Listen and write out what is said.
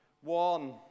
One